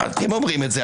אתם אומרים את זה.